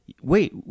Wait